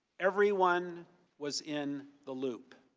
everyone was in the loop.